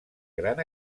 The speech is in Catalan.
gran